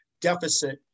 deficit